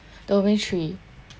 domain three